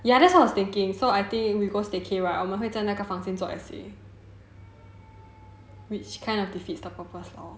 ya that's what I was thinking so I think if we go staycay right 我们会在那个房间做 essay which kind of defeats the purpose lor